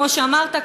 כמו שאמרת,